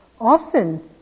Often